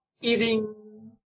eating